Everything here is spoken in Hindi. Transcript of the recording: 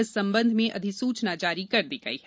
इस संबंध में अधिसूचना आज जारी कर दी गयी है